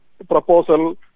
proposal